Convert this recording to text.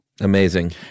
Amazing